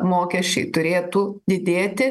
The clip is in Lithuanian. mokesčiai turėtų didėti